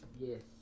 Yes